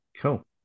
Cool